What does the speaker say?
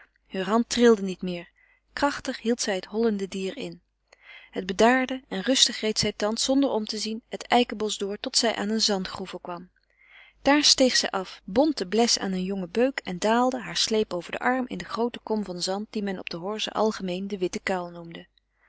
heur hand trilde niet meer krachtig hield zij het hollende dier in het bedaarde en rustig reed zij thans zonder om te zien het eikenbosch door tot zij aan een zandgroeve kwam daar steeg zij af bond den bles aan een jongen beuk en daalde haar sleep over den arm in de groote kom van zand die men op de horze algemeen den witten kuil noemde